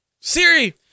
Siri